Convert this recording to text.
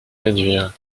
réduire